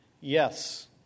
yes